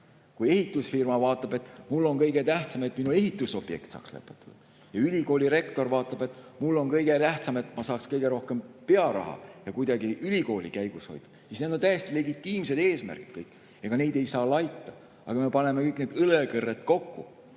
ehitusfirma vaatab, et talle on kõige tähtsam, et tema ehitusobjekt saaks lõpetatud, ja ülikooli rektor vaatab, et talle on kõige tähtsam, et ta saaks rohkem pearaha ja kuidagi ülikooli käigus hoida. Need on täiesti legitiimsed eesmärgid ja neid ei saa laita. Aga paneme kõik need õlekõrred kokku